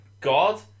god